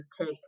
take